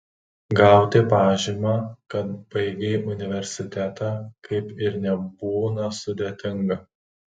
gauti pažymą kad baigei universitetą kaip ir nebūna sudėtinga